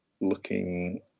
looking